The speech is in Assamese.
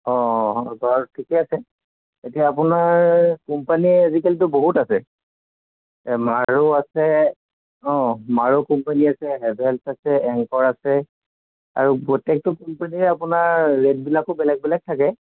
অঁ অঁ অঁ বাৰু ঠিকে আছে এতিয়া আপোনাৰ কোম্পানীয়ে আজিকালিটো বহুত আছে মাৰো আছে অঁ মাৰো কোম্পানী আছে হেভেলছ আছে এংকৰ আছে আৰু প্ৰত্যেকটো কোম্পেনীৰে আপোনাৰ ৰেটবিলাকো বেলেগ বেলেগ থাকে